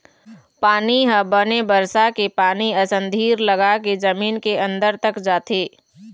पानी ह बने बरसा के पानी असन धीर लगाके जमीन के अंदर तक जाथे